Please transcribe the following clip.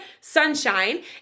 sunshine